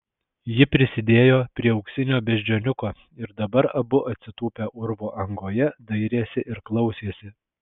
ji prisidėjo prie auksinio beždžioniuko ir dabar abu atsitūpę urvo angoje dairėsi ir klausėsi